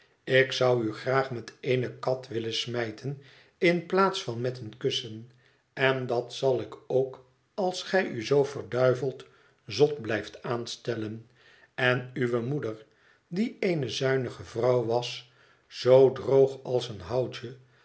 ik zou u graag met eene kat willen smijten in plaats van met een kussen en dat zal ik ook als gij u zoo verduiveld zot blijft aanstellen en uwe moeder die eene zuinige vrouw was zoo droog als een houtje